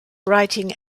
writing